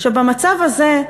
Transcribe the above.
עכשיו, במצב הזה,